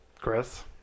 Chris